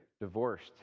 divorced